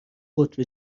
قطب